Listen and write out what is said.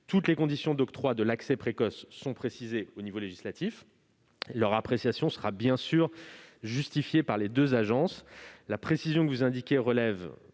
Toutes les conditions d'octroi d'accès précoce sont précisées au niveau législatif : leur appréciation sera, bien sûr, justifiée par les deux agences. La précision que vous indiquez relève,